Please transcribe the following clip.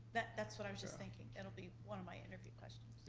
that's what i was just thinking. that'll be one of my interview questions.